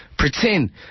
Pretend